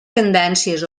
tendències